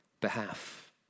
behalf